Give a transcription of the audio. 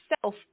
self